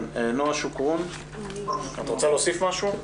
נעה שוקרון את רוצה להוסיף משהו?